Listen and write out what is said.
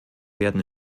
werden